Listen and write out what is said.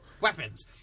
weapons